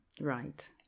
Right